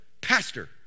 pastor